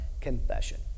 confession